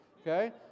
Okay